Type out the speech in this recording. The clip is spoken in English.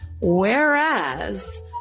Whereas